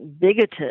bigoted